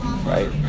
Right